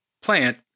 plant